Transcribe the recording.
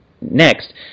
next